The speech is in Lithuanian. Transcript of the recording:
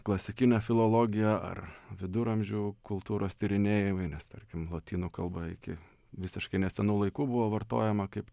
klasikinė filologija ar viduramžių kultūros tyrinėjimai nes tarkim lotynų kalba iki visiškai nesenų laikų buvo vartojama kaip